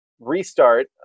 restart